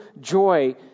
joy